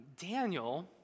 Daniel